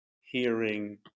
hearing